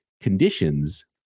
conditions